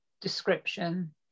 description